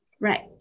Right